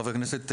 חברי הכנסת,